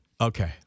Okay